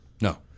No